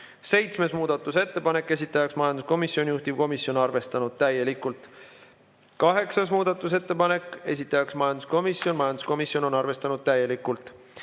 Seitsmes muudatusettepanek, esitajaks majanduskomisjon, juhtivkomisjon on arvestanud täielikult. Kaheksas muudatusettepanek, esitajaks majanduskomisjon, majanduskomisjon on arvestanud täielikult.